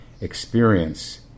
experience